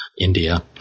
India